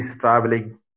traveling